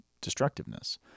destructiveness